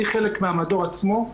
אני חלק מהמדור עצמו.